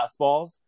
fastballs